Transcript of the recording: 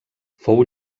fou